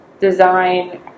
design